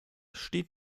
steht